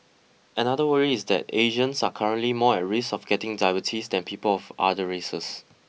another worry is that Asians are currently more at risk of getting diabetes than people of other races